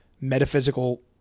metaphysical